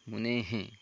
मुनेः